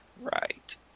Right